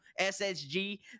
SSG